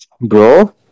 Bro